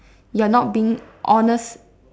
you're not being honest